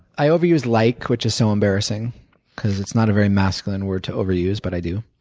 i overuse like which is so embarrassing because it's not a very masculine word to overuse but i do.